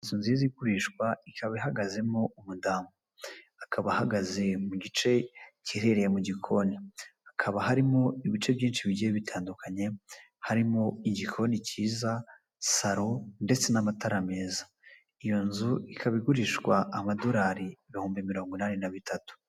Inzu nziza igurishwa ikaba ihagazemo umudamu, akaba ahagaze mu gice giherereye mu gikoni. Hakaba harimo ibice byinshi bigiye bitandukanye harimo igikoni cyiza, salo ndetse n'amatara meza. Iyo nzu ikaba igurishwa amadolari ibihumbi mirongo inani na bitatu.